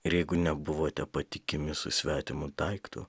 ir jeigu nebuvote patikimi su svetimu daiktu